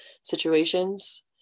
situations